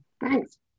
Thanks